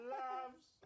loves